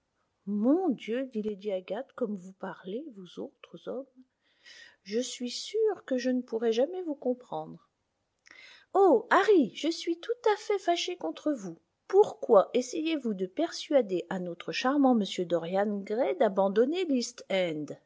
mon dieu dit lady agathe comme vous parlez vous autres hommes je suis sûre que je ne pourrai jamais vous comprendre oh harry je suis tout à fait fâchée contre vous pourquoi essayez vous de persuader à notre charmant m dorian gray d'abandonner l'east